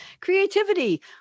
creativity